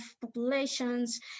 populations